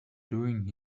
doing